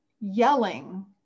yelling